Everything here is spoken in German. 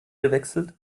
gewechselt